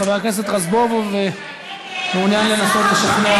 חבר הכנסת רזבוזוב מעוניין לנסות לשכנע